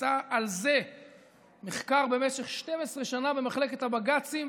עשה על זה מחקר במשך 12 שנה במחלקת הבג"צים,